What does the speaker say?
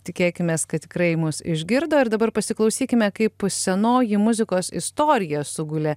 tikėkimės kad tikrai mus išgirdo ir dabar pasiklausykime kaip senoji muzikos istorija sugulė